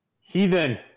Heathen